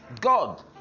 God